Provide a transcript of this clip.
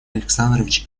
александрович